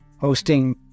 hosting